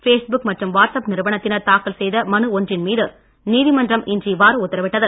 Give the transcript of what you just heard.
base book மற்றும் WhatsApp நிறுவனத்தினர் தாக்கதல் செய்த மனு ஒன்றின் மீது நீதிமன்றம் இன்று இவ்வாறு உத்தரவிட்டது